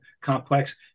complex